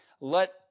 let